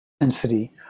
intensity